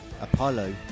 Apollo